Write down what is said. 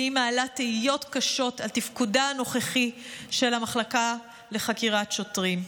והיא מעלה תהיות קשות על תפקודה הנוכחי של המחלקה לחקירות שוטרים.